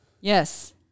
Yes